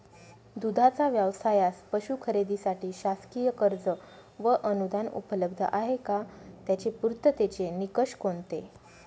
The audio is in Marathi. दूधाचा व्यवसायास पशू खरेदीसाठी शासकीय कर्ज व अनुदान उपलब्ध आहे का? त्याचे पूर्ततेचे निकष कोणते?